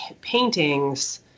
paintings